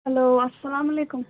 hello اَلسَلام علیکُم